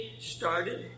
started